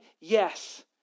yes